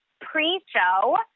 pre-show